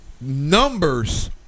Numbers